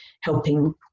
helping